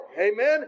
Amen